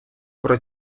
про